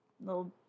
little